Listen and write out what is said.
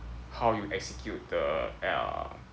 how you execute the err